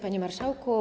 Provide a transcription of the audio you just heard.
Panie Marszałku!